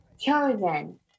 chosen